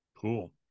Cool